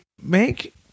make